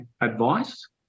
advice